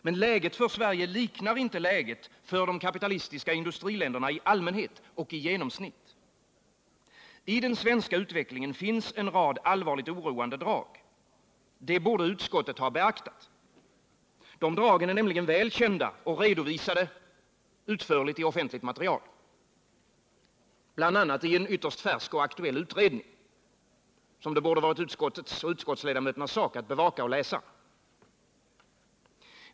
Men läget för Sverige liknar inte läget för de kapitalistiska industriländerna i allmänhet och i genomsnitt. I den svenska utvecklingen finns en rad allvarligt oroande drag. Det borde utskottet ha beaktat. De dragen är nämligen väl kända och utförligt redovisade i offentligt material, bl.a. i en ytterst färsk och aktuell utredning, som det borde ha varit utskottsledamöternas sak att bevaka och läsa.